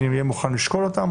אני אהיה מוכן לשקול אותם